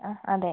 അഹ് അതെ